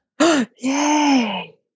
Yay